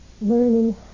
learning